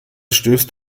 stößt